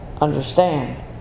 understand